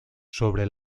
sobre